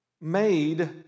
made